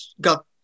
got